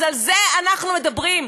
על זה אנחנו מדברים.